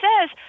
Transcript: says